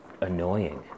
annoying